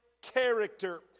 Character